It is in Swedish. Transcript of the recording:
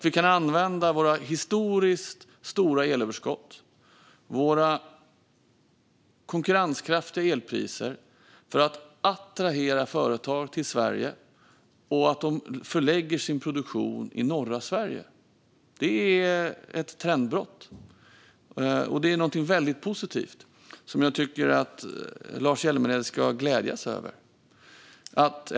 Vi kan använda våra historiskt stora elöverskott och våra konkurrenskraftiga elpriser för att attrahera företag till Sverige och se till att de förlägger sin produktion till norra Sverige. Det är ett trendbrott. Det är någonting väldigt positivt som jag tycker att Lars Hjälmered ska glädja sig över.